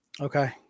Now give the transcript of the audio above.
Okay